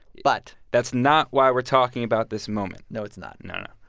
but. that's not why we're talking about this moment no, it's not no. no,